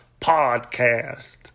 podcast